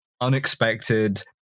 unexpected